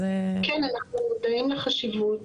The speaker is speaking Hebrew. כן, אנחנו מודעים לחשיבות.